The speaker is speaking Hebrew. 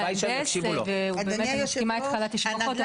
הוא מהנדס ואני מסכימה איתך על התשבחות,